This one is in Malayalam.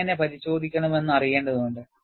എങ്ങനെ പരിശോധിക്കണമെന്ന് അറിയേണ്ടതുണ്ട്